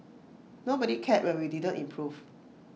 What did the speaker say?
nobody cared when we didn't improve